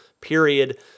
period